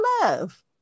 love